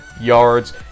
yards